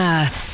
Earth